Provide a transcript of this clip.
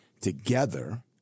together